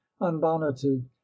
unbonneted